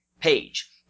page